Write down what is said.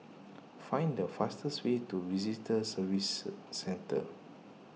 find the fastest way to Visitor Services Centre